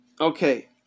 Okay